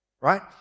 right